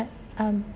but um